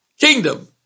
kingdom